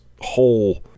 whole